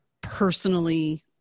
personally